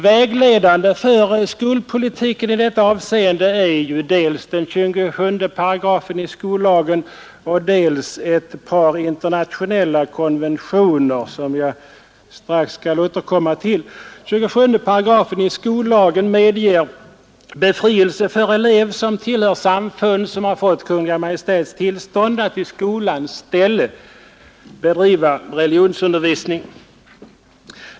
Vägledande för skolpolitiken i detta avseende är dels 27 8 i skollagen, dels ett par internationella konventioner, som jag strax skall återkomma till. 27 8 i skollagen medger befrielse för elev som tillhör samfund som har fått Kungl. Maj:ts tillstånd att i skolans ställe bedriva religionsundervisning.